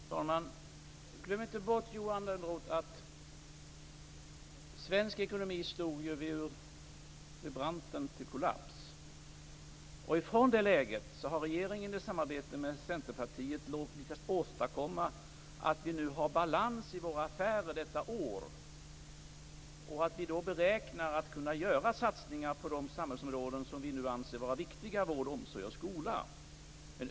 Fru talman! Glöm inte bort, Johan Lönnroth, att svensk ekonomi tidigare befann sig vid randen till kollaps. Från det läget har regeringen i samarbete med Centerpartiet lyckats åstadkomma att vi detta år har uppnått balans i våra affärer. Vi räknar därför med att kunna göra satsningar på de samhällsområden som vi anser vara viktiga, dvs. vård, omsorg och skola.